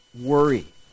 worry